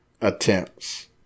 attempts